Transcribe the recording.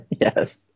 yes